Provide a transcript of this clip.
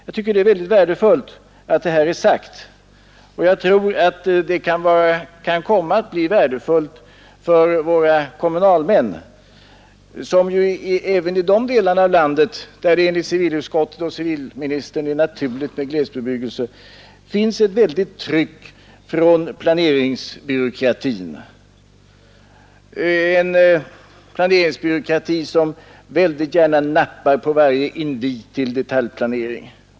Jag tycker det är värdefullt att detta är sagt inte minst med tanke på våra kommunalmän, eftersom det även i de delar av landet där det enligt civilutskottet och civilministern är naturligt med glesbebyggelse råder ett väldigt tryck från planeringsbyråkratin, en planeringsbyråkrati som gärna nappar på varje invit till detaljplanering.